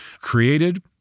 created